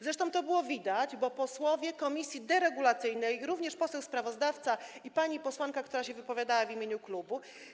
Zresztą to było widać, bo posłowie z komisji deregulacyjnej, również poseł sprawozdawca i pani posłanka, która wypowiadała się w imieniu klubu.